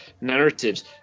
narratives